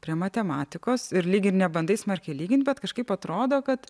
prie matematikos ir lyg ir nebandai smarkiai lygint bet kažkaip atrodo kad